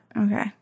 Okay